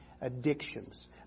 addictions